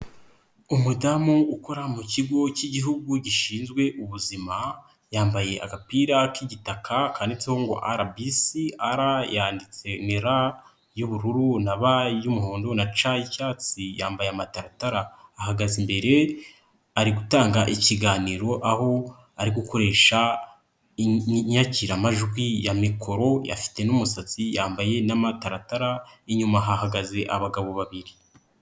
Umudamu ukora mu kigo cy'Igihugu gishinzwe ubuzima yambaye agapira k'igitaka kitongo arabisi ara yanditse ra y'ubururu na ba y'umuhondo na ca y'icyatsi yambaye amataratara ahagaze imbere ari gutanga ikiganiro aho ari gukoresha indanguramajwi ya mikoro afite n'umusatsi ku mutwe we yambaye n'amataratara inyuma hahagaze abagabo babiri.